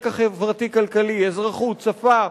רקע חברתי-כלכלי, אזרחות, שפה,